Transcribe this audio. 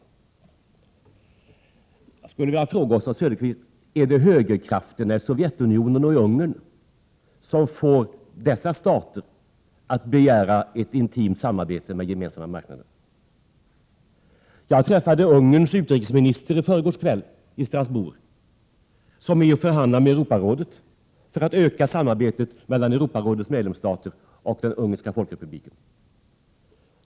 Jag skulle vilja fråga Oswald Söderqvist om det är högerkrafterna i Sovjetunionen och Ungern som får dessa stater att begära ett intimt samarbete med Gemensamma marknaden. Jag träffade Ungerns utrikesminister i förrgår kväll i Strasbourg. Han förhandlar med Europarådet för att öka samarbetet mellan Europarådets medlemsstater och den ungerska folkrepubliken.